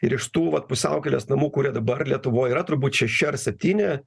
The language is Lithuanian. ir iš tų vat pusiaukelės namų kurie dabar lietuvoj yra turbūt šeši ar septyni